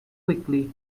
quickly